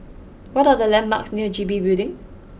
what are the landmarks near G B Building